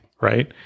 right